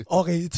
okay